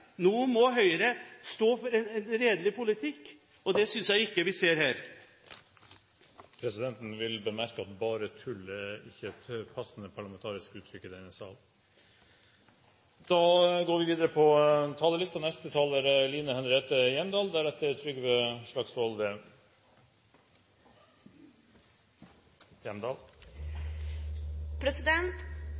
Nå må Høyre stå for en redelig politikk. Det synes jeg ikke vi ser her. Presidenten vil bemerke at «bare tull» ikke er et passende parlamentarisk uttrykk i denne salen. I dag skal Stortinget vedta grunnmuren for den norske landbrukspolitikken de neste 10–15 årene. Da er det viktig at vi har noen visjoner for landbruket vårt. Det er